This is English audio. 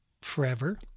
forever